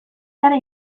zara